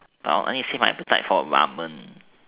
but I need to save my appetite for ramen